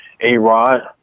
A-Rod